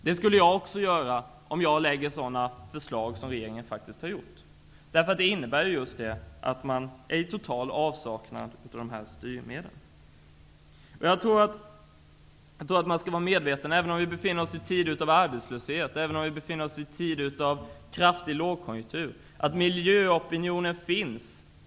Det skulle jag också göra om jag lade fram sådana förslag som regeringen faktiskt har gjort, därför att det innebär ju just att man är i total avsaknad av de här styrmedlen. Även om vi befinner oss i tider av arbetslöshet och kraftig lågkonjunktur tror jag att man skall vara medveten om att det finns en miljöopinion.